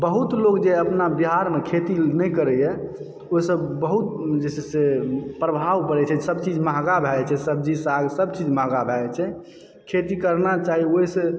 बहुत लोग जे अपना बिहारमे खेती नहि करयए ओहिसँ बहुत जे छै से प्रभाव पड़ैत छै सभ चीज महग भऽ जाइत छै सब्जी सागसभ चीज महग भए जाइत छै खेती करना चाही ओहिसँ